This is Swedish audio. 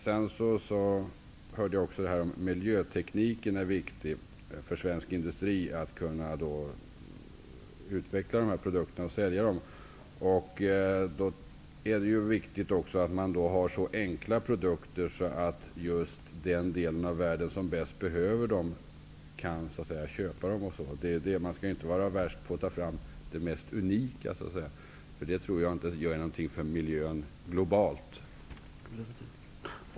Jag hörde också att det är viktigt för svensk industri med miljöteknik; att kunna utveckla produkter och sälja dem. Men det är också viktigt att produkterna är så enkla att de kan köpas i den del av världen som bäst behöver dem. Vi skall inte vara värst med att ta fram det mest unika. Jag tror nämligen inte att det gör något för miljön globalt.